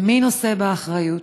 ומי נושא באחריות?